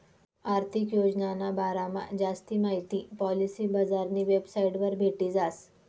आर्थिक योजनाना बारामा जास्ती माहिती पॉलिसी बजारनी वेबसाइटवर भेटी जास